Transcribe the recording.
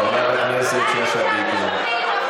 חברת הכנסת שאשא ביטון.